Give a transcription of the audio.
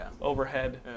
overhead